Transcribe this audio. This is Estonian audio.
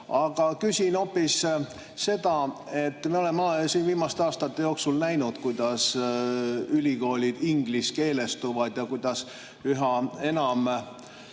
aga küsin hoopis seda. Me oleme siin viimaste aastate jooksul näinud, kuidas ülikoolid ingliskeelestuvad ning kuidas üha enam